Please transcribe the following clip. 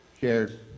shared